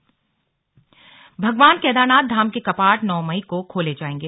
slug Kedarnath कपाट भगवान केदारनाथ धाम के कपाट नौ मई को खोले जाएंगे